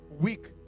week